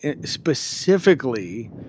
specifically